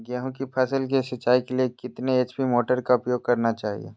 गेंहू की फसल के सिंचाई के लिए कितने एच.पी मोटर का उपयोग करना चाहिए?